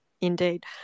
Indeed